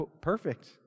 perfect